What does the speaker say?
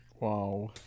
Wow